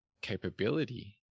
capability